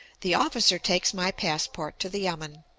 the officer takes my passport to the yamen,